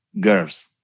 girls